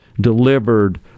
delivered